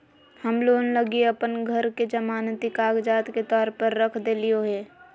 हम लोन लगी अप्पन घर के जमानती कागजात के तौर पर रख देलिओ हें